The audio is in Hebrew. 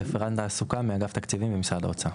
רפרנט תעסוקה מאגף תקציבים במשרד האוצר.